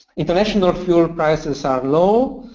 international fuel prices are low,